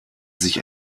sich